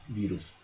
wirus